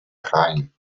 rhein